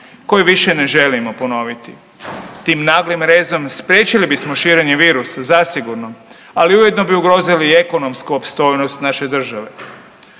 koju više ne želimo ponoviti. Tim naglim rezom spriječili bismo širenje virusa zasigurno, ali ujedno bi ugrozili i ekonomsku opstojnost naše države.